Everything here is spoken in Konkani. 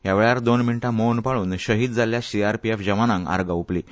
ह्या वेळार दोन मिण्टां मौन पाळून शहीद जाल्ल्या सीआरपीएफ जवानांक आर्गां ओंपलीं